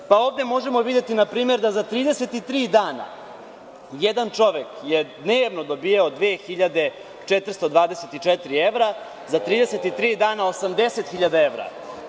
Na primer, ovde možemo videti da za 33 dana jedan čovek je dnevno dobijao 2.424 evra, za 33 dana 80 hiljada evra.